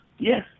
Yes